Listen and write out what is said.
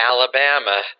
Alabama